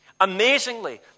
Amazingly